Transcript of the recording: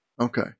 okay